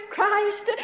Christ